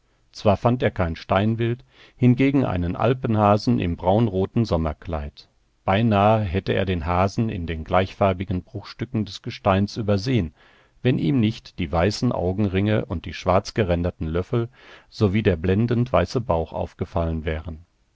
zwar fand er kein steinwild hingegen einen alpenhasen im braunroten sommerkleid beinahe hätte er den hasen in den gleichfarbigen bruchstücken des gesteins übersehen wenn ihm nicht die weißen augenringe und die schwarzgeränderten löffel sowie der blendend weiße bauch aufgefallen wären